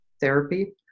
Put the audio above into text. therapy